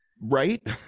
Right